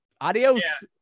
adios